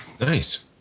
Nice